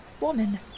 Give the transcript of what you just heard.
woman